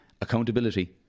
Accountability